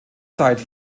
zeit